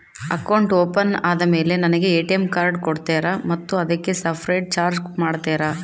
Account open ಆದಮೇಲೆ ನನಗೆ ATM card ಕೊಡ್ತೇರಾ ಮತ್ತು ಅದಕ್ಕೆ ಸಪರೇಟ್ ಚಾರ್ಜ್ ಮಾಡ್ತೇರಾ?